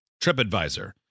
TripAdvisor